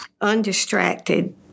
undistracted